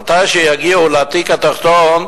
כשיגיעו לתיק התחתון,